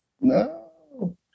No